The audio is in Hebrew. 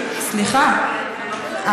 סליחה,